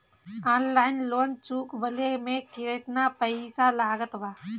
Online loan चुकवले मे केतना पईसा लागत बा?